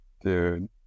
Dude